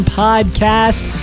podcast